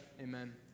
Amen